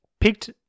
picked